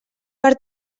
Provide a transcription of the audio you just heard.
per